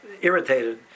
irritated